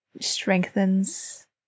strengthens